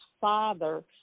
father